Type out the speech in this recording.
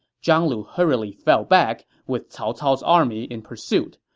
zhang lu hurriedly fell back, with cao cao's army in pursuit.